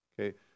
Okay